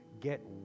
Get